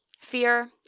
fear